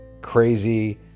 crazy